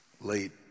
late